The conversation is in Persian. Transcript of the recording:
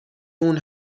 اون